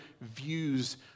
views